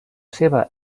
seva